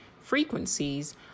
frequencies